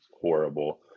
horrible